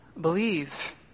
believe